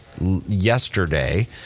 yesterday